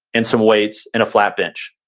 and some weights and a flat bench.